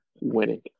winning